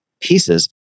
pieces